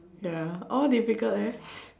ya all difficult leh